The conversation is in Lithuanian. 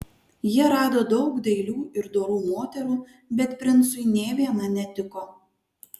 jie rado daug dailių ir dorų moterų bet princui nė viena netiko